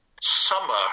summer